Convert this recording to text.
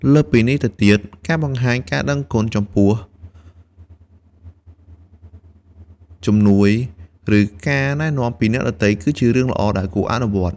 លើសពីនេះទៅទៀតការបង្ហាញការដឹងគុណចំពោះជំនួយ ឬការណែនាំពីអ្នកដទៃ គឺជារឿងល្អដែលគួរអនុវត្ត។